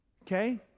Okay